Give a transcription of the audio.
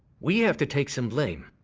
we have to take some blame.